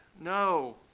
No